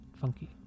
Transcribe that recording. funky